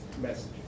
message